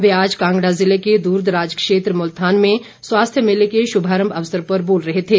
वे आज कांगड़ा जिले दूर दराज क्षेत्र मुल्थान में स्वास्थ्य मेले के शुभारम्भ अवसर पर बोल रहे थे